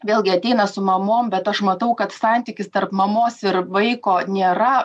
vėlgi ateina su mamom bet aš matau kad santykis tarp mamos ir vaiko nėra